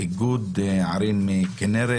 איגוד ערים כינרת.